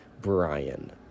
Brian